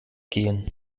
gehen